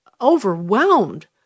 overwhelmed